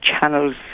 channels